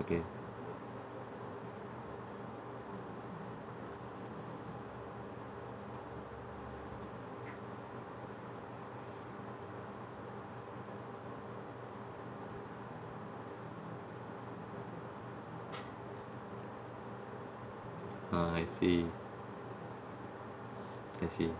okay ah I see I see